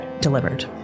delivered